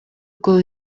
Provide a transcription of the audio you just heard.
экөө